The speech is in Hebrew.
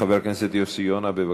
חבר הכנסת יוסי יונה, בבקשה.